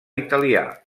italià